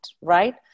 right